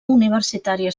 universitària